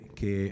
che